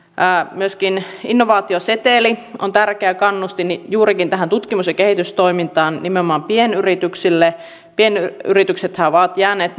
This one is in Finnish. myöskin innovaatioseteli on tärkeä kannustin juurikin tähän tutkimus ja kehitystoimintaan nimenomaan pienyrityksille pienyrityksethän ovat jääneet